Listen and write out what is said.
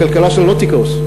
הכלכלה שלנו לא תקרוס.